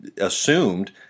assumed